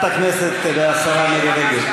הכנסת והשרה מירי רגב.